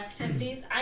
activities